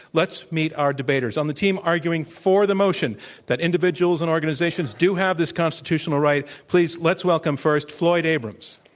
let's meet our debaters. on the team arguing for the motion that individuals and organizations do have this constitutional right, please, let's welcome first floyd abrams.